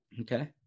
Okay